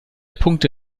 punkte